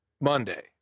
Monday